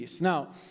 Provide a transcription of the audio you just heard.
Now